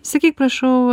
sakyk prašau